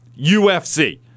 UFC